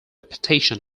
petition